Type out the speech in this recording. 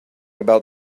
about